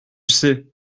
sais